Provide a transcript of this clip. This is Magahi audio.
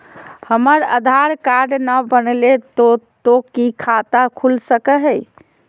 हमर आधार कार्ड न बनलै तो तो की खाता खुल सको है?